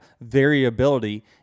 variability